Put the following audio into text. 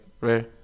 rare